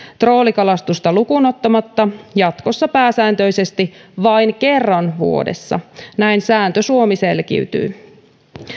troolikalastusta lukuun ottamatta jatkossa pääsääntöisesti vain kerran vuodessa näin sääntö suomi selkiytyy